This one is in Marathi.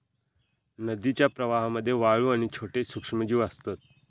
नदीच्या प्रवाहामध्ये वाळू आणि छोटे सूक्ष्मजीव असतत